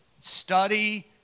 Study